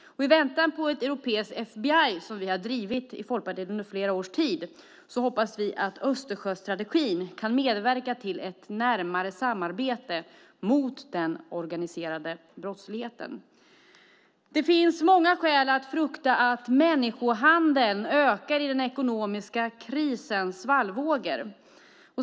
I väntan på ett europeiskt FBI, som vi i Folkpartiet har föreslagit under flera års tid, hoppas vi att Östersjöstrategin kan medverka till ett närmare samarbete mot den organiserade brottsligheten. Det finns många skäl att frukta att människohandeln ökar i den ekonomiska krisens svallvågor.